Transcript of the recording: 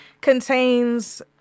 contains